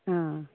आं